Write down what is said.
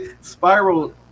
spiral